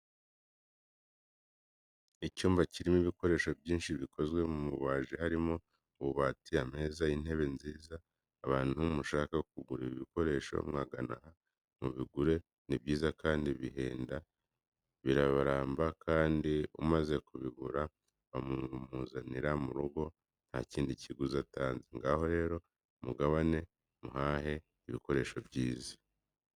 Icyumba kirimo ibikoresho byinshi bikozwe mu bubaji harimo ububati, ameza, intebe nziza. Abantu mushaka kugura ibi bikoresho mwagana aha, mubigure ni byiza kandi ntibihenda biraramba kandi umaze kubigura babimuzanira mu rugo nta kindi kiguzi utanze. Ngaho rero mubagane muhahe ibikoresho byiza.